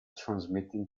transmitting